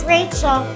Rachel